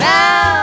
Now